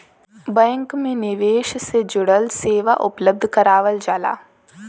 bank में निवेश से जुड़ल सेवा उपलब्ध करावल जाला